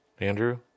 Andrew